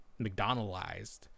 McDonaldized